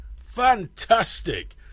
Fantastic